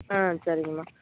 ஆ சரிங்கம்மா